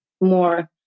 more